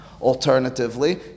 Alternatively